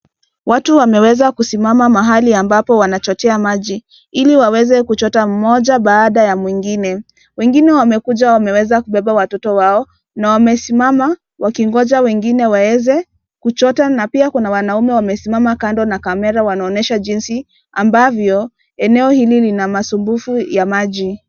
Watu wameweza kusimama mahali ambapo wanachotea maji ili waweze kuchota mmoja baada ya mwingine. Wengine wamekuja wameweza kubeba wtoto wao na wamesimama wakingoja wengine waweze kuchota na pia kuna wanaume wamesimama kando na kamera wanaonyeshwa ajinsi ambavyo eneo hili lina masumbufu ya maji.